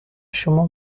شما